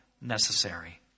necessary